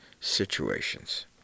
situations